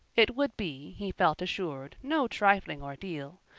it would be, he felt assured, no trifling ordeal.